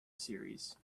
series